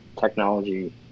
technology